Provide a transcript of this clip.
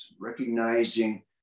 recognizing